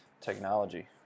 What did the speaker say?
Technology